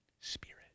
Spirit